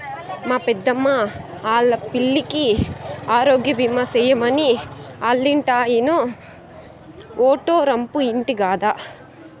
మా పెద్దమ్మా ఆల్లా పిల్లికి ఆరోగ్యబీమా సేయమని ఆల్లింటాయినో ఓటే రంపు ఇంటి గదా